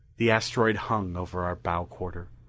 the asteroid hung over our bow quarter.